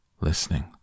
listening